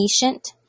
patient